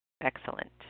Excellent